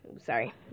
Sorry